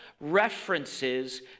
references